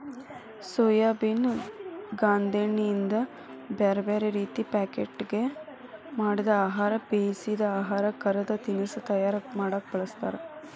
soybean ಗಾಂದೇಣ್ಣಿಯಿಂದ ಬ್ಯಾರ್ಬ್ಯಾರೇ ರೇತಿ ಪಾಕೇಟ್ನ್ಯಾಗ ಮಾಡಿದ ಆಹಾರ, ಬೇಯಿಸಿದ ಆಹಾರ, ಕರದ ತಿನಸಾ ತಯಾರ ಮಾಡಕ್ ಬಳಸ್ತಾರ